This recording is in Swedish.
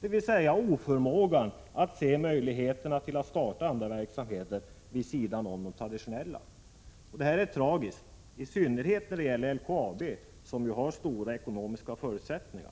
dvs. att man har oförmåga att se möjligheterna att starta andra verksamheter vid sidan av de traditionella. Det är tragiskt, i synnerhet när det gäller LKAB som ju har goda ekonomiska förutsättningar.